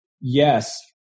yes